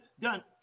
done